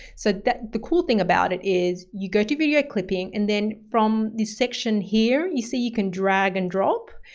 so the cool thing about it is you go to video clipping and then from this section here you see you can drag and drop,